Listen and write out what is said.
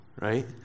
right